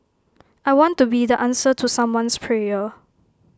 I want to be the answer to someone's prayer